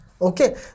Okay